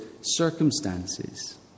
circumstances